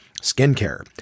Skincare